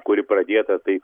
kuri pradėta taip